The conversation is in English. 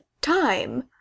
time